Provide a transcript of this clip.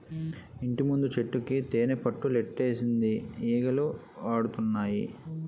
ఇంటిముందు చెట్టుకి తేనిపట్టులెట్టేసింది ఈగలాడతన్నాయి